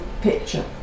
picture